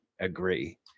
agree